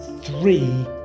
three